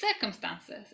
circumstances